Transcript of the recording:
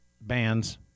bands